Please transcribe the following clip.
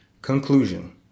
Conclusion